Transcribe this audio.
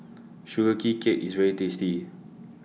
Sugee Cake IS very tasty